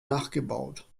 nachgebaut